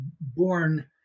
born